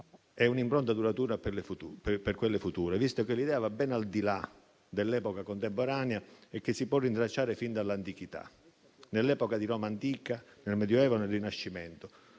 e un'impronta duratura per quelle future, visto che l'idea va ben al di là dell'epoca contemporanea e si può rintracciare fin dall'antichità, nell'epoca di Roma antica, nel Medioevo e nel Rinascimento,